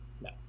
No